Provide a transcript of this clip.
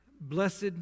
Blessed